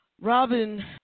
Robin